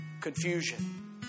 confusion